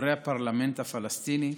חברי הפרלמנט הפלסטיני,